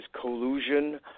collusion